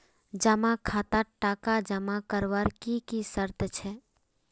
जमा खातात टका जमा करवार की की शर्त छे?